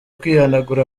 kwihanagura